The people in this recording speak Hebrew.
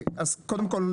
אז קודם כל,